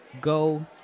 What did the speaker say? go